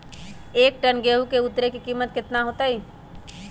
एक टन गेंहू के उतरे के कीमत कितना होतई?